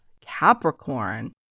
Capricorn